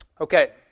Okay